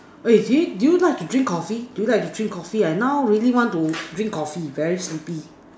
eh do you do you like to drink Coffee do you like to drink Coffee I now really want to drink Coffee very sleepy